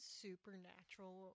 supernatural